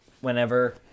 whenever